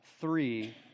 three